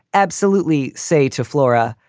absolutely. say to flora,